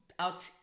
out